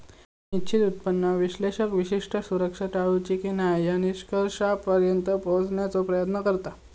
निश्चित उत्पन्न विश्लेषक विशिष्ट सुरक्षा टाळूची की न्हाय या निष्कर्षापर्यंत पोहोचण्याचो प्रयत्न करता